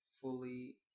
fully